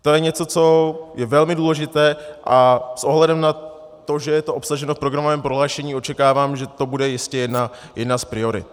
To je něco, co je velmi důležité, a s ohledem na to, že je to obsaženo v programovém prohlášení, očekávám, že to bude jistě jedna z priorit.